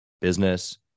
business